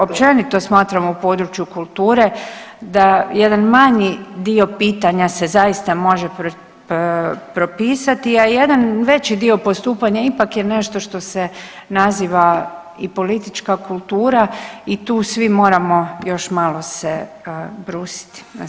Općenito smatramo u području kulture da jedan manji dio pitanja se zaista može propisati, a jedan veći dio postupanja ipak je nešto što se naziva i politička kultura i tu svi moramo još malo se brusiti na svim razinama.